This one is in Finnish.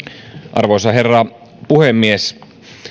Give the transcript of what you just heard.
arvoisa herra puhemies